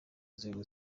nzego